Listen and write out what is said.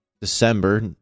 December